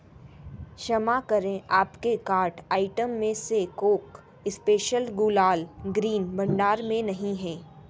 क्षमा करें आपके कार्ट आइटम में से कोक स्पेशल गुलाल ग्रीन भंडार में नहीं हैं